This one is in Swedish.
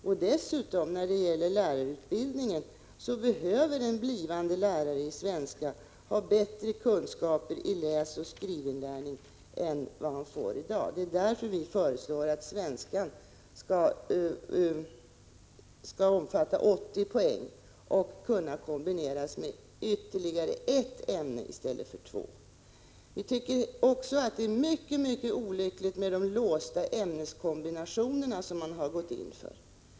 Och dessutom behöver en blivande lärare i svenska ha bättre kunskaper i läsoch skrivinlärning än vad man får i dag i lärarutbildningen. Det är därför vi föreslår att svenskan skall omfatta 80 poäng och kunna kombineras med ytterligare ett ämne i stället för två. Vidare tycker vi att det är mycket olyckligt att man har gått in för låsta ämneskombinationer.